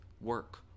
work